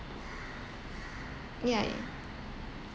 ya ya